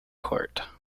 court